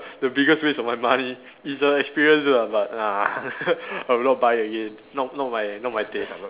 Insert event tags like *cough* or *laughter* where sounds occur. the biggest waste of my money it's the experience lah but ah *laughs* I will not buy again not not my not my taste